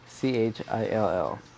CHILL